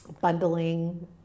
bundling